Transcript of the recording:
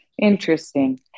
Interesting